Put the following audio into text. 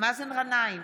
מאזן גנאים,